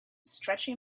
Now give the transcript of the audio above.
stretching